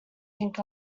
think